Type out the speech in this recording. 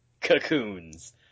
cocoons